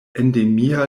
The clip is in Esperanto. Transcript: endemia